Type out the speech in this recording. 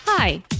Hi